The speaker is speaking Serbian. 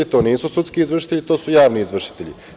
To nisu sudski izvršitelji, to su javni izvršitelji.